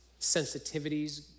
sensitivities